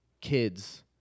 kids